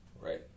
Right